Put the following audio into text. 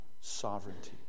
sovereignty